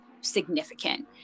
significant